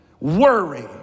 worry